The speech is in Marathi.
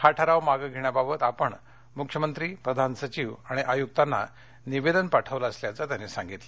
हा ठराव मागे घेण्याबाबत आपण मुख्यमंत्री प्रधान सचिव आणि आयुक्तांना निवेदन पाठवलं असल्याचं त्यांनी सांगितलं